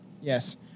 Yes